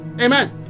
Amen